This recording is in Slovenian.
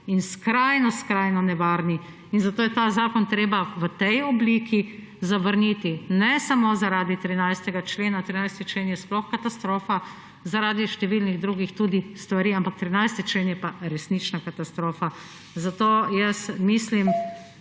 in skrajno, skrajno nevarni. Zato je ta zakon treba v tej obliki zavrniti, ne samo zaradi 13. člena, 13. člen je sploh katastrofa, tudi zaradi številnih drugih stvari. Ampak 13. člen je pa resnično katastrofa. Zato jaz mislim